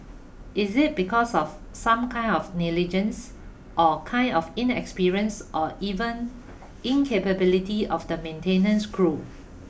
is it because of some kind of negligence or kind of inexperience or even incapability of the maintenance crew